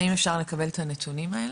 האם אפשר לקבל את הנתונים האלה?